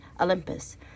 Olympus